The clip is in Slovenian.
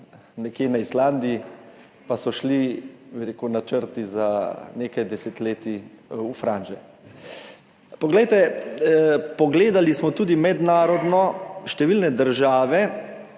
nekje na Islandiji, pa so šli načrti za nekaj desetletij v franže. Pogledali smo tudi mednarodno številne države,